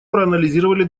проанализировали